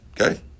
okay